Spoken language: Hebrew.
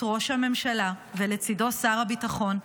את ראש הממשלה ולצידו שר הביטחון,